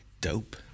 dope